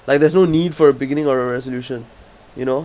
like there's no need for a beginning or a resolution you know